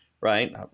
right